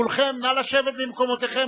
כולכם, נא לשבת במקומותיכם.